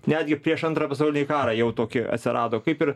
netgi prieš antrą pasaulinį karą jau tokie atsirado kaip ir